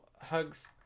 hugs